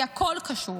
כי הכול קשור.